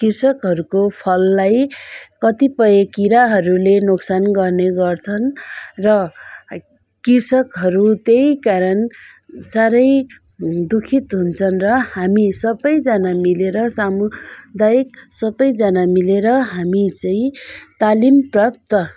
कृषकहरूको फललाई कतिपय किराहरूले नोक्सान गर्ने गर्छन् र कृषकहरू त्यही कारण साह्रै दुखित हुन्छन् र हामी सबैजना मिलेर सामुदायिक सबैजना मिलेर हामी चाहिँ तालिम प्राप्त